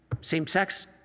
Same-sex